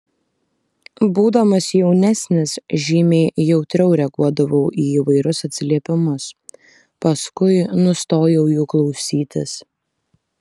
būdamas jaunesnis žymiai jautriau reaguodavau į įvairius atsiliepimus paskui nustojau jų klausytis